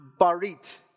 barit